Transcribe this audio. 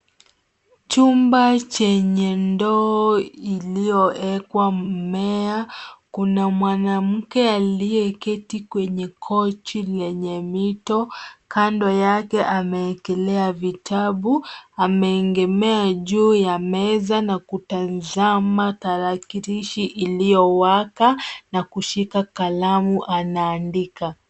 Chumba chenye ndoo iliyowekwa mmea. Kuna mwanamke aliyeketi kwenye kochi lenye mito. Kando yake amewekelea vitabu. Ameegemea juu ya meza na kutazama tarakilishi iliyowaka na kushika kalamu anaandika.